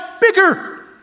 bigger